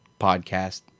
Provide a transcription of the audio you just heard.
podcast